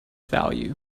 value